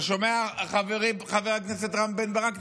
אתה שומע, חברי חבר הכנסת רם בן ברק?